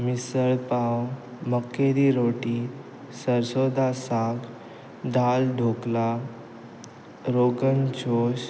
मिसळ पांव मखेकी रोठी सरसों दा साल साग दाल ढोकला रोगन जोश